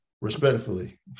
Respectfully